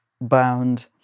bound